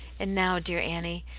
and now, dear annie,